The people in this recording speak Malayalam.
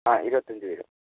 ആ ഇരുപത്തഞ്ച് വരും